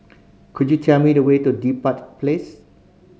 could you tell me the way to Dedap Place